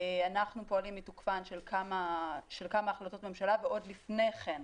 אנחנו פועלים מתוקפן של כמה החלטות ממשלה ועוד לפני כן,